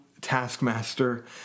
taskmaster